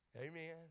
Amen